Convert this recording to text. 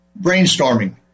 brainstorming